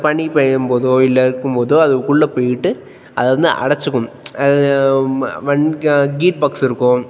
பனி பெய்யும் போதோ இல்லை இருக்கும் போதோ அதுக்குள்ளே போய்விட்டு அது வந்து அடைச்சுக்கும் ம மங் க கீர் பாக்ஸ் இருக்கும்